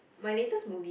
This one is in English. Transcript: my latest movie ah